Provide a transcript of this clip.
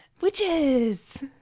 Witches